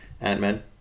Ant-Man